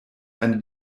eine